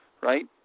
right